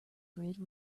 bridge